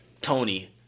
Tony